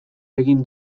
egin